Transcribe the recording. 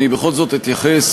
אולי אתייחס